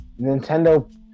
Nintendo